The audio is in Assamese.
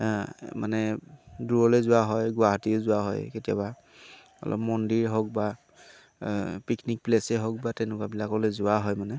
মানে দূৰলৈ যোৱা হয় গুৱাহাটীয়ে যোৱা হয় কেতিয়াবা অলপ মন্দিৰ হওক বা পিকনিক প্লেচেই হওক বা তেনেকুৱাবিলাকলে যোৱা হয় মানে